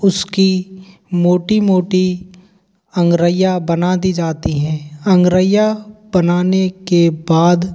उसकी मोटी मोटी अंगरइया बना दी जाती हैं अंगरइया बनाने के बाद